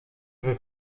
veux